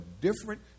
different